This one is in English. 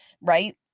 right